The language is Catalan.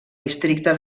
districte